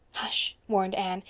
hush, warned anne.